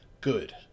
Good